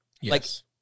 Yes